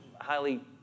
highly